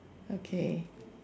okay